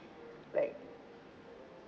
like